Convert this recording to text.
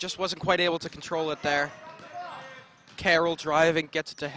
just wasn't quite able to control it there carol driving gets to